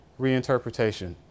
reinterpretation